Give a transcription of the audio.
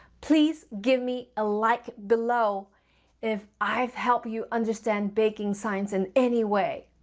please give me a like below if i've helped you understand baking science in any way.